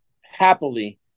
happily